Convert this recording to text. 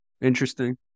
Interesting